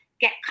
get